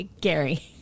Gary